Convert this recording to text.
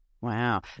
Wow